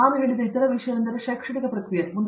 ಮತ್ತು ನಾನು ಹೇಳಿದ ಇತರ ವಿಷಯವೆಂದರೆ ಶೈಕ್ಷಣಿಕ ಪ್ರಕ್ರಿಯೆ